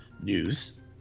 news